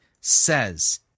says